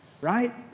right